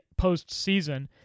postseason